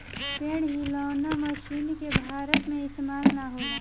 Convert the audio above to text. पेड़ हिलौना मशीन के भारत में इस्तेमाल ना होला